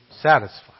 satisfied